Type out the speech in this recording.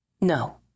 No